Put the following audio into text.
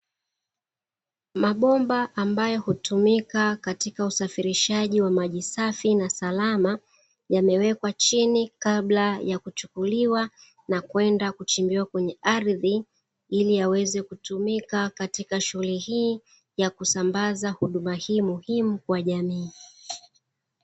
Mabomba ambayo hutumika katika usafirishaji wa maji safi na salama, yamewekwa chini kabla ya kuchukuliwa na kwenda kuchimbiwa kwenye ardhi, ili yaweze kutumika katika shughuli hii ya kusambaza huduma hii muhimu kwa jamii.